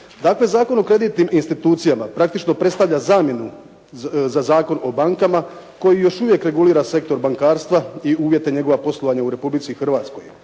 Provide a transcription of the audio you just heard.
Zakon o kreditnim institucijama praktično predstavlja zamjenu za Zakon o bankama koji još uvijek regulira sektor bankarstva i uvjete njegova poslovanja u Republici Hrvatskoj